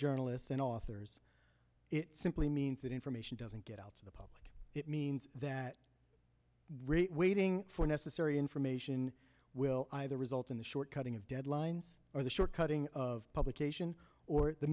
journalists an author's it simply means that information doesn't get out to the public it means that rate waiting for necessary information will either result in the short cutting of deadlines or the short cutting of publication or the